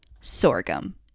sorghum